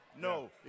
No